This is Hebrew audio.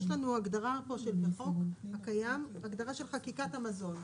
הגדרה בחוק הקיים של חקיקת המזון.